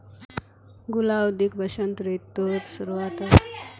गुलाउदीक वसंत ऋतुर शुरुआत्त उगाना चाहिऐ